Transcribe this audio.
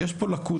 יש פה לקונה,